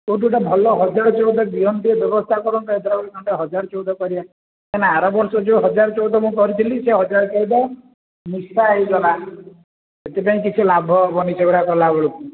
କେଉଁଠି ଟିକେ ଭଲ ହଜାରେ ଚଉଦ ବିହନ ଟିକେ ବ୍ୟବସ୍ଥା କରନ୍ତୁ ଏଥର ହଜାରେ ଚଉଦ କରିବା କାଇଁନା ଆରବର୍ଷ ମୁଁ ଯେଉଁ ହଜାରେ ଚଉଦ ମୁଁ କରିଥିଲି ସେ ହଜାରେ ଚଉଦ ମିଶା ହେଇଗଲା ସେଥିପାଇଁ କିଛି ଲାଭ ହେବନି ସେଗୁଡ଼ା କଲାବେଳକୁ